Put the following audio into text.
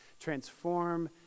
transform